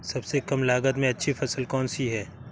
सबसे कम लागत में अच्छी फसल कौन सी है?